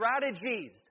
strategies